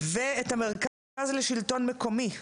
ואת המכרז לשלטון מקומי.